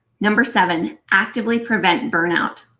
number seven, actively prevent burnout.